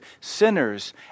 sinners